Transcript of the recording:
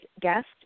guest